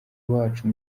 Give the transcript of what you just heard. wacu